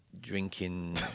drinking